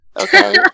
Okay